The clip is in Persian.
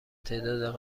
تعداد